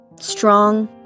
Strong